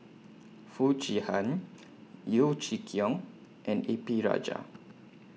Foo Chee Han Yeo Chee Kiong and A P Rajah